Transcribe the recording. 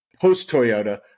Post-Toyota